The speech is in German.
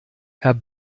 herr